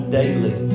daily